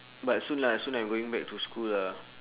but soon lah soon I'm going back to school lah